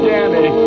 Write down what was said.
Danny